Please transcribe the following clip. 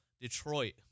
Detroit